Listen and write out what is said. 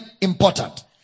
important